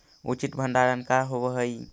उचित भंडारण का होव हइ?